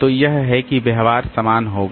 तो यह है कि व्यवहार समान होगा